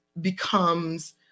becomes